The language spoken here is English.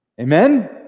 Amen